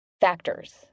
factors